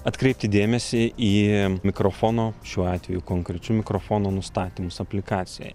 atkreipti dėmesį į mikrofono šiuo atveju konkrečiai mikrofono nustatymus aplikacijoj